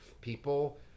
People